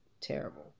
terrible